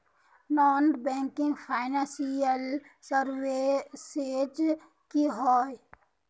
Non banking financial services की होय?